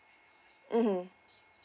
mmhmm